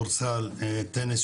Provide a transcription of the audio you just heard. אנחנו